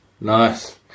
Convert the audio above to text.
Nice